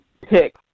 pick